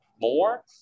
more